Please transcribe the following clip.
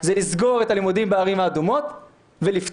זה לסגור את הלימודים בערים האדומות ולפתוח